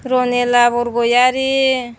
रनेला बरगयारि